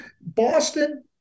Boston